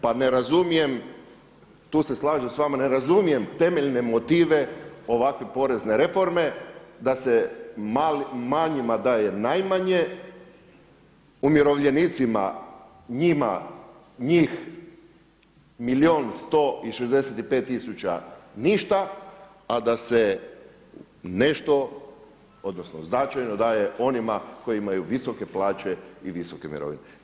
Pa ne razumijem tu se slažem sa vama, ne razumijem temeljne motive ovakve porezne reforme da se manjima daje najmanje, umirovljenicima njima njih milijun 165000 ništa, a da se nešto odnosno značajno daje onima koji imaju visoke plaće i visoke mirovine.